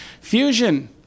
Fusion